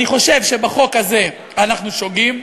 אני חושב שבחוק הזה אנחנו שוגים.